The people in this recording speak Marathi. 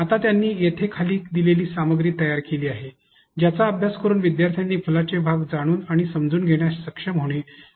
आता त्यांनी येथे खाली दिलेली सामग्री तयार केली आहे ज्याचा अभ्यास करून विद्यार्थ्यांनी फुलाचे भाग जाणून आणि समजून घेण्यात सक्षम होणे आवश्यक आहे